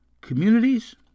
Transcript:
Communities